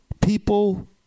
people